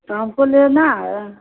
आपको लेना है